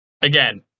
again